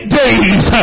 days